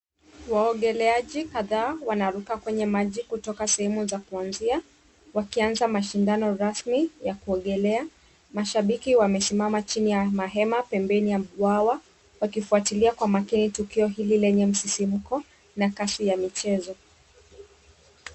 Waogeleaji kadhaa wanaruka kwenye maji kutoka sehemu za kuanzia, wakianza mashindano rasmi ya kuogelea. Mashambiki wamesimama chini ya mahema pembeni ya bwawa. Wakifuatilia kwa makini tukio hili lenye msisimko na kasi ya michezo.